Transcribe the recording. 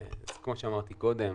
כמו שאמרתי קודם,